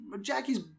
Jackie's